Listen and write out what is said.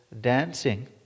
dancing